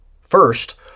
First